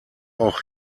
auch